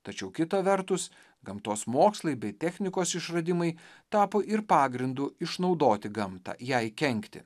tačiau kita vertus gamtos mokslai bei technikos išradimai tapo ir pagrindu išnaudoti gamtą jai kenkti